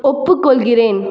ஒப்புக்கொள்கிறேன்